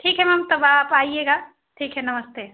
ठीक है मैम तब आप आइएगा ठीक है नमस्ते